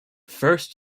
first